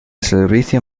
servicio